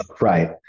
right